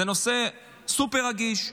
זה נושא סופר רגיש.